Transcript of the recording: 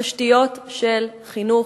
תשתיות של חינוך,